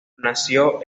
nació